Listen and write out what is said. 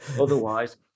otherwise